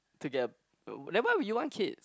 to get a then why would you want kids